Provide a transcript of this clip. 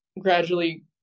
gradually